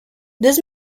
this